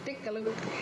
red colour